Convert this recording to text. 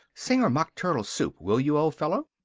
sing her mock turtle soup, will you, old fellow!